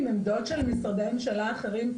עם עמדות של משרדי הממשלה האחרים.